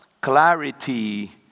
Clarity